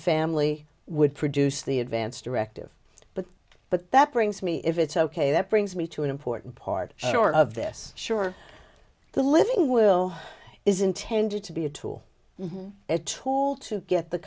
family would produce the advance directive but but that brings me if it's ok that brings me to an important part short of this sure the living will is intended to be a tool a tool to get the